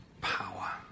power